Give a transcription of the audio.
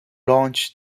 lunch